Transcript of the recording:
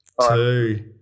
two